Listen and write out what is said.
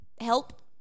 help